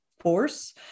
force